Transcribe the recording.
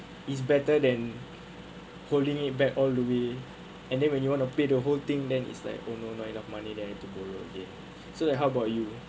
is better than holding it back all the way and then when you want to pay the whole thing then it's like oh no not enough money then have to borrow again so like how about you